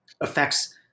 affects